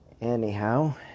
Anyhow